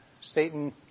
Satan